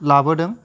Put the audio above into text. लाबोदों